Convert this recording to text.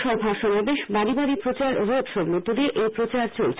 সভা সমাবেশ বাড়ি বাড়ি প্রচার রোড শো র মধ্য দিয়ে এই প্রচার চলছে